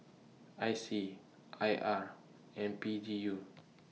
I C I R and P G U